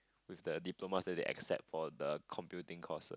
with the diplomas that they accept for the computing course